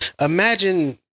imagine